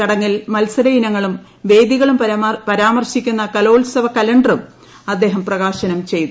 ചടങ്ങിൽ മൽസരയിനങ്ങളും വേദികളും പരാമർശിക്കുന്ന കലോൽസവ കലണ്ടറും അദ്ദേഹം പ്രകാശനം ചെയ്തു